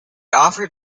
offered